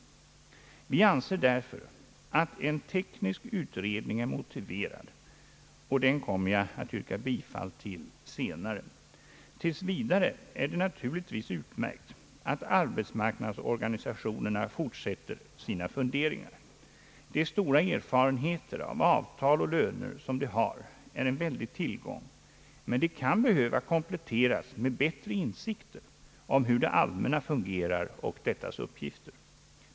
Vi anser därför att en teknisk utred ning är motiverad, och den kommer jag att yrka bifall till senare. Vidare är det naturligtvis utmärkt att arbetsmarknadsorganisationerna fortsätter med sina funderingar. De stora erfarenheter av avtal och löner som de har förvärvat är en värdefull tillgång, men dessa kan behöva kompletteras med bättre insikter om hur det allmänna fungerar och dettas uppgifter.